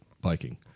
biking